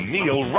Neil